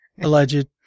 Alleged